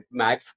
max